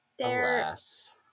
Alas